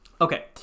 Okay